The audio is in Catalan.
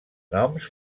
noms